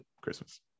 christmas